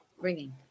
ringing